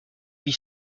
vit